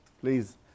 please